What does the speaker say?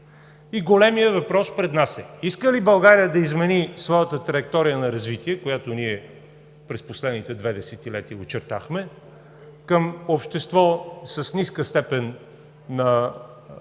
И големият въпрос пред нас е: иска ли България да измени своята траектория на развитие, която ние през последните две десетилетия очертахме към общество с ниска степен на